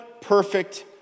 perfect